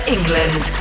England